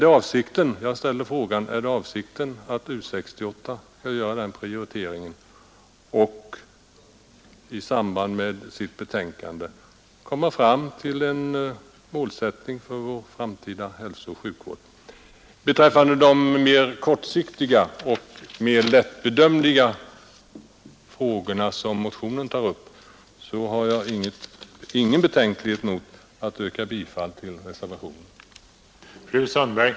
Jag ställer frågan: Är avsikten att U 68 skall göra den prioriteringen och i sitt betänkande komma fram till en målsättning för vår framtida hälsooch sjukvård? Beträffande de mera kortsiktiga och mera lättbedömbara frågor som motionen tar upp har jag inga betänkligheter mot att yrka bifall till reservationen.